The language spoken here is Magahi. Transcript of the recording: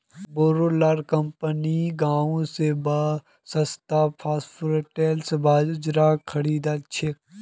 बोरो ला कंपनि गांव स सस्तात फॉक्सटेल बाजरा खरीद छेक